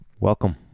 Welcome